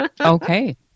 Okay